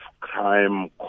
crime